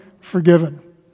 forgiven